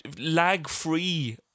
lag-free